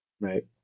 Right